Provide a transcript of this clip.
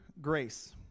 grace